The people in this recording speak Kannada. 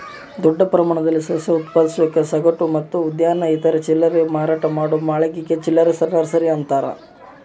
ದೊಡ್ಡ ಪ್ರಮಾಣದಲ್ಲಿ ಸಸ್ಯ ಉತ್ಪಾದಿಸೋದಕ್ಕೆ ಸಗಟು ಮತ್ತು ಉದ್ಯಾನ ಇತರೆ ಚಿಲ್ಲರೆ ಮಾರಾಟ ಮಾಡೋ ಮಳಿಗೆ ಚಿಲ್ಲರೆ ನರ್ಸರಿ ಅಂತಾರ